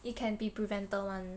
it can be prevented [one]